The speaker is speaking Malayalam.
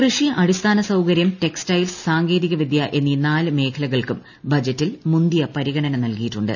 കൃഷി അടിസ്ഥാന സൌകര്യം ടെക്സ്റ്റൈൽസ് സാങ്കേതിക വിദ്യ എന്നീ നാല് മേഖലകൾക്കും ബജറ്റിൽ മുന്തിയ പരിഗണന നൽകിയിട്ടുണ്ട്